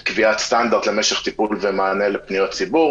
קביעת סטנדרט למשך טיפול ומענה לפניות ציבור,